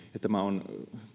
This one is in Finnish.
tämä on